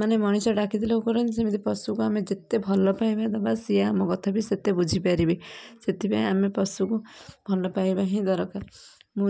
ମାନେ ମଣିଷ ଡାକିଦେଲେ ଓ କରନ୍ତି ସେମିତି ପଶୁକୁ ଆମେ ଯେତେ ଭଲ ପାଇବା ଦବା ସିଏ ଆମ କଥା ବି ସେତେ ବୁଝିପାରିବେ ସେଥିପାଇଁ ଆମେ ପଶୁକୁ ଭଲ ପାଇବା ହିଁ ଦରକାର ମୁଁ